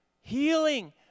healing